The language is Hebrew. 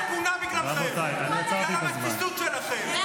בגלל הרפיסות שלכם.